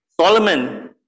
Solomon